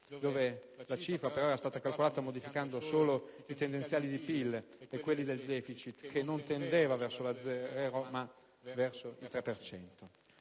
però la cifra era stata calcolata modificando solo i tendenziali di PIL e quelli del deficit, che non tendeva allo zero,